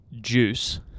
Juice